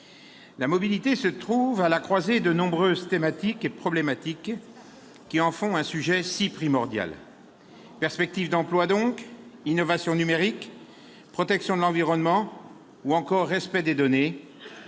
La mobilité se trouve à la croisée de nombreuses thématiques et problématiques, qui en font un sujet si primordial : perspectives d'emploi, innovations numériques, protection de l'environnement ou encore respect des données.